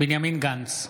בנימין גנץ,